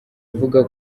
avuga